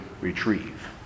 retrieve